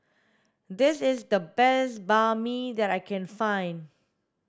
this is the best Banh Mi that I can find